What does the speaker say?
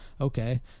okay